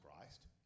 Christ